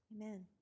Amen